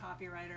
copywriter